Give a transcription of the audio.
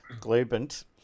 Globant